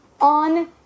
on